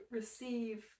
receive